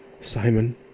Simon